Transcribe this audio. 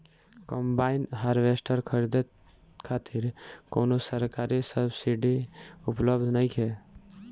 Combine harvester खरीदे खातिर कउनो सरकारी सब्सीडी उपलब्ध नइखे?